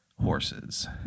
Horses